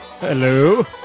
Hello